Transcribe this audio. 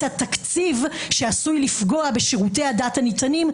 התקציב שעשוי לפגוע בשירותי הדת הניתנים,